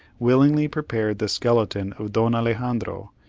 willingly prepared the skeleton of don alexandro,